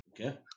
Okay